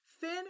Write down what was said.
Finn